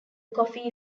coffee